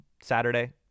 Saturday